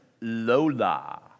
Lola